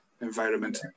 environment